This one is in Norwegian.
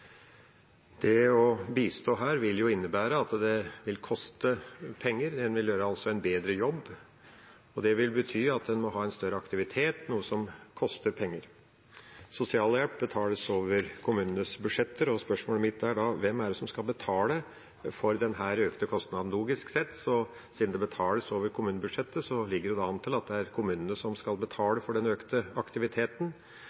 for å bistå disse menneskene. Det å bistå her vil innebære at det vil koste penger. En vil altså gjøre en bedre jobb, og det vil bety at en må ha en større aktivitet, noe som koster penger. Sosialhjelp betales over kommunenes budsjetter, og spørsmålet mitt er da: Hvem er det som skal betale for denne økte kostnaden? Logisk sett, siden det betales over kommunebudsjettet, ligger det da an til at det er kommunene som skal